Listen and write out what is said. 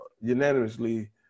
unanimously